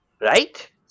right